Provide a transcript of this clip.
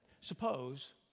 suppose